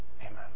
Amen